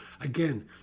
Again